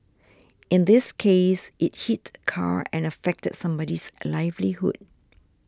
in this case it hit a car and affected somebody's livelihood